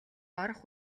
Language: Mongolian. орох